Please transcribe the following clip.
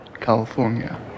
California